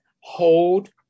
hold